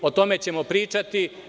O tome ćemo pričati.